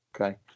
Okay